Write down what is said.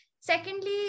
secondly